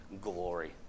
glory